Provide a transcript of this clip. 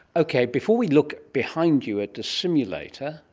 okay, before we look behind you at the simulator,